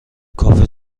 کافه